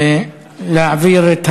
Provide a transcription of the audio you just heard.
להעביר את